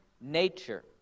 nature